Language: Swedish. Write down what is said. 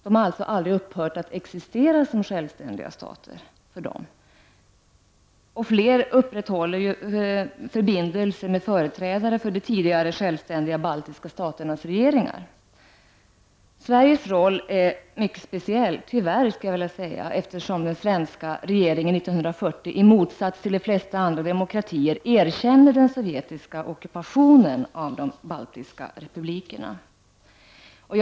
De har alltså aldrig upphört att existera som sjävständiga stater för dem. Flera länder upprätthåller förbindelser med företrädare för de tidigare självständiga baltiska staternas regeringar. Sveriges roll är mycket speciell — tyvärr. 1940 erkände den svenska regeringen den sovjetiska ockupationen av de baltiska republikerna — i motsats till de flesta andra demokratier.